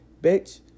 bitch